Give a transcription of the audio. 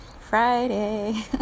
Friday